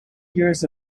years